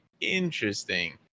Interesting